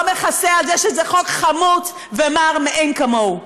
לא מכסה על זה שזה חוק חמוץ ומר מאין כמוהו.